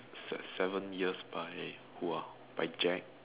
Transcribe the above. se~ seven years by who ah by Jack